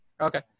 Okay